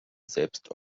selbst